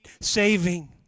saving